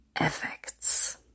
effects